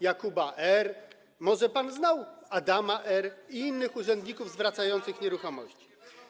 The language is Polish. Jakuba R., może pan znał Adama R. i innych urzędników zwracających nieruchomości?